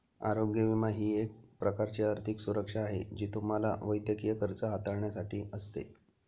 आरोग्य विमा ही एक प्रकारची आर्थिक सुरक्षा आहे जी तुम्हाला वैद्यकीय खर्च हाताळण्यासाठी असते